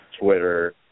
Twitter